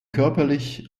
körperlich